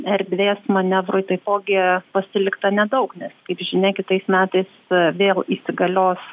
erdvės manevrui taipogi pasilikta nedaug nes kaip žinia kitais metais vėl įsigalios